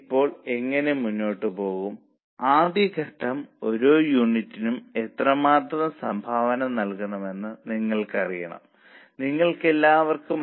ഇപ്പോൾ നിങ്ങൾക്ക് ആ കണക്ക് എങ്ങനെ കണക്കാക്കാനാകും